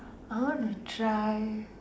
I want to try